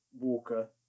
Walker